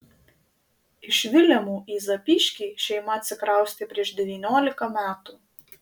iš vilemų į zapyškį šeima atsikraustė prieš devyniolika metų